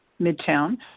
Midtown